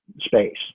space